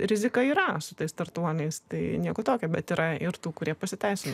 rizika yra su tais startuoliais tai nieko tokio bet yra ir tų kurie pasiteisino